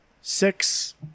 six